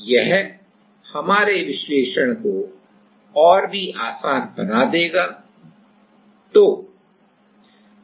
तो यह हमारे विश्लेषण को और भी आसान बना देगा